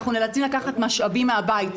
אנחנו נאלצים לקחת משאבים מהבית.